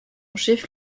chef